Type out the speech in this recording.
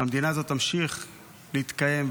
המדינה הזאת תמשיך להתקיים,